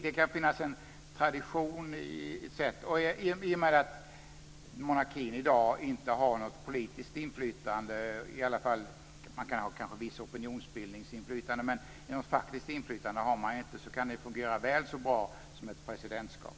Det finns en tradition, och i och med att monarkin i dag inte har något faktiskt politiskt inflytande - även om den kanske har ett visst opinionsbildningsinflytande - kan den fungera väl så bra som ett presidentskap.